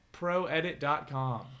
proedit.com